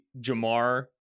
Jamar